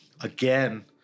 Again